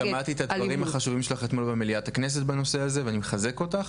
שמעתי את הדברים החשובים שלך אתמול במליאת הכנסת ואני מחזק אותך.